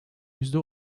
yüzde